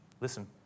listen